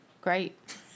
Great